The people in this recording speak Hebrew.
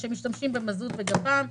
שמשתמשים במזוט וגפ"ם,